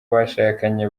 bashakanye